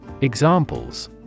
Examples